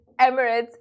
Emirates